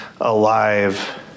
alive